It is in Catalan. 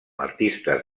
artistes